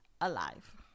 alive